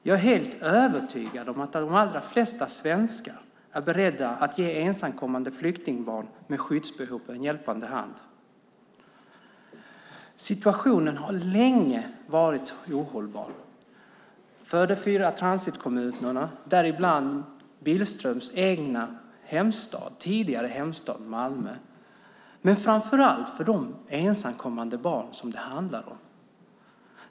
Jag är helt övertygad om att de allra flesta svenskar är beredda att ge ensamkommande flyktingbarn med skyddsbehov en hjälpande hand. Situationen har länge varit ohållbar för de fyra transitkommunerna, däribland Billströms tidigare hemstad Malmö, men framför allt för de ensamkommande barn som det handlar om.